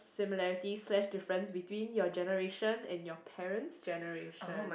similarity slash difference between your generation and your parents' generation